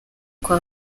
kwa